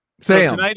Sam